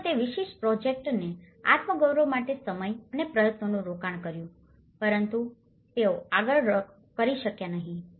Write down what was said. તેઓએ તે વિશેષ પ્રોજેક્ટની આત્મગૌરવ માટે સમય અને પ્રયત્નોનું રોકાણ કર્યું છે પરંતુ તેઓ આગળ તે કરી શક્યા નહીં